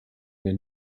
mir